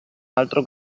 altro